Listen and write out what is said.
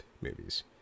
movies